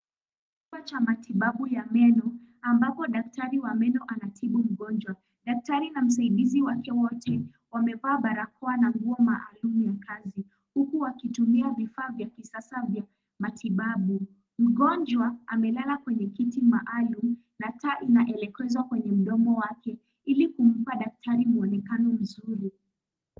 Kituo cha matibabu ya meno ambapo daktari wa meno anatibu mgonjwa. Daktari na msaidizi wake wote wamevaa barakoa na nguo maalum ya kazi. Huku wakitumia vifaa vya kisasa vya matibabu. Mgonjwa amelala kwenye kiti maalum na taa imeelekezwa kwenye mdomo wake ili kumpa daktari mwonekano mzuri.